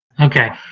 Okay